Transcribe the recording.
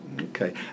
Okay